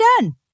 done